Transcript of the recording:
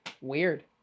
weird